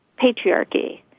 patriarchy